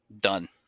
Done